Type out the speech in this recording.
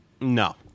No